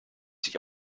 sich